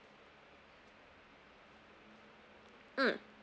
mm